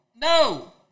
No